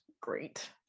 great